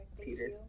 Peter